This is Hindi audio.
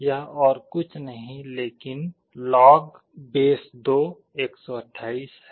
यह और कुछ नहीं लेकिन log2 128 है